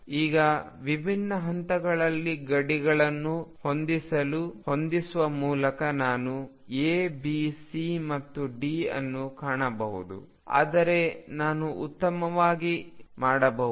ಈಗ ವಿಭಿನ್ನ ಹಂತಗಳಲ್ಲಿ ಗಡಿಗಳನ್ನು ಹೊಂದಿಸುವ ಮೂಲಕ ನಾನು ಎ ಬಿ ಸಿ ಮತ್ತು ಡಿ ಅನ್ನು ಕಾಣಬಹುದು ಆದರೆ ನಾನು ಉತ್ತಮವಾಗಿ ಮಾಡಬಹುದು